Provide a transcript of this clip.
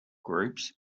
groups